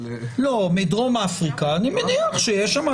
אבל --- מדרום אפריקה אני מניח שיש.